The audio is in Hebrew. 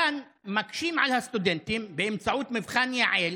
כאן מקשים על הסטודנטים באמצעות מבחן יע"ל,